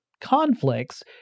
conflicts